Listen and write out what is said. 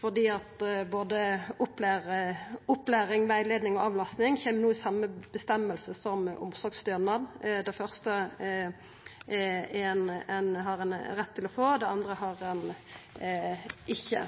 fordi både opplæring, rettleiing og avlastning kjem no i same føresegna som omsorgsstønad. Det første har ein rett til å få, og det andre har ein ikkje.